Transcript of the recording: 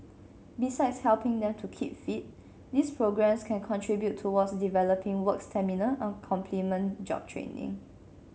besides helping them to keep fit these programmes can contribute towards developing work stamina and complement job training